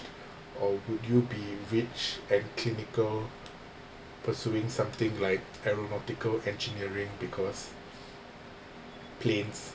or would you be rich and clinical pursuing something like aeronautical engineering because planes